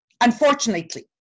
unfortunately